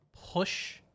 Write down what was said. push